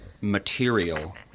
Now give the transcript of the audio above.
material